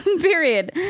period